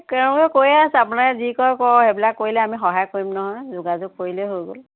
তেওঁলোকে কৈয়ে আছে আপোনালোকে যি কৰে কৰক সেইবােৰ কৰিলে আমি সহায় কৰিম নহয় যোগাযোগ কৰিলেই হৈ গ'ল